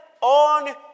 on